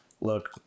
look